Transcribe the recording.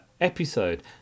episode